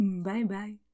Bye-bye